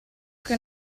che